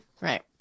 Right